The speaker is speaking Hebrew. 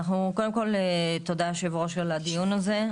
קודם כל, תודה אדוני היו"ר על הדיון הזה.